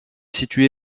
situé